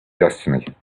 destiny